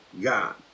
God